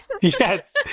yes